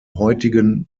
heutigen